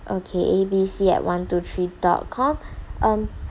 okay A B C at one two three dot com um